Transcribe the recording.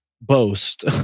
boast